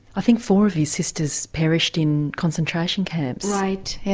i think four of his sisters perished in concentration camps. right,